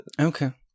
Okay